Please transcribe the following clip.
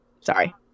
Sorry